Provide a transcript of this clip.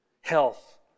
Health